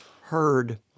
Heard